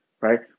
right